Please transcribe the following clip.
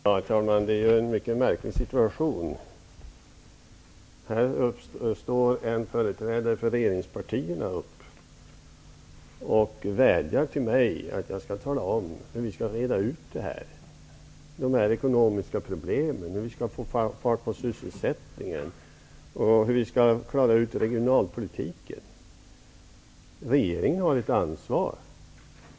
Herr talman! Detta är en mycket märklig situation. En företrädare för regeringspartierna står upp och vädjar till mig att jag skall tala om hur vi skall reda ut de ekonomiska problemen, hur vi skall få fart på sysselsättningen och klara regionalpolitiken. Regeringen har ju ett ansvar!